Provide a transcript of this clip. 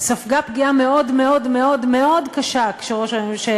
ספגה פגיעה מאוד מאוד מאוד מאוד קשה כשנתניהו